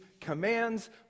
commands